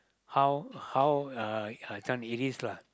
how how uh uh this one it is lah